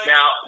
Now